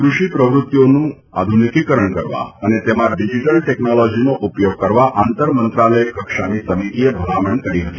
કૃષિ પ્રવૃત્તિઓનો આધુનિકીકરણ કરવા અને તેમાં ડિજીટલ ટેકનોલોજીનો ઉપયોગ કરવા આંતર મંત્રાલય કક્ષાની સમિતીએ ભલામણ કરી હતી